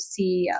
ceo